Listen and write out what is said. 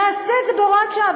נעשה את זה בהוראת שעה,